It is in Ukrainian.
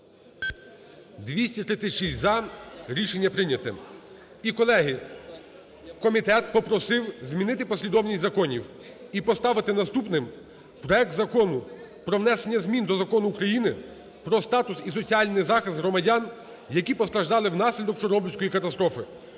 За-236 Рішення прийняте. І, колеги, комітет попросив змінити послідовність законів і поставити наступним проект Закону про внесення змін до Закону України "Про статус і соціальний захист громадян, які постраждали внаслідок Чорнобильської катастрофи"